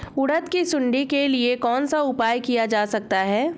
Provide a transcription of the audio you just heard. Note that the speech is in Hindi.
उड़द की सुंडी के लिए कौन सा उपाय किया जा सकता है?